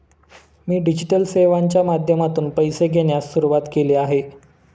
मी digital सेवांच्या माध्यमातून पैसे घेण्यास सुरुवात केली आहे